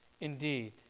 Indeed